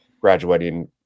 graduating